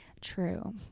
True